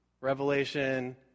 Revelation